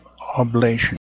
oblation